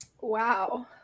Wow